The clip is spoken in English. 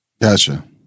Gotcha